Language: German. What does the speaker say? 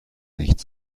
nicht